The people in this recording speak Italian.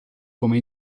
come